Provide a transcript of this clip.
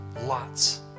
Lots